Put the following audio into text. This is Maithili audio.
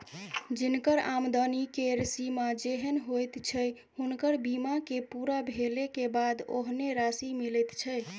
जिनकर आमदनी केर सीमा जेहेन होइत छै हुनकर बीमा के पूरा भेले के बाद ओहेन राशि मिलैत छै